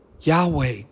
Yahweh